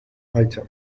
item